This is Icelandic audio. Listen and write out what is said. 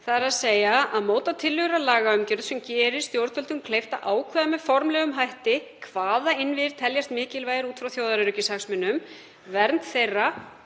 verkefni., þ.e. að móta tillögur að lagaumgjörð sem gerir stjórnvöldum kleift að ákveða með formlegum hætti hvaða innviðir teljast mikilvægir út frá þjóðaröryggishagsmunum, vernd þeirra